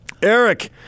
Eric